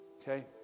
Okay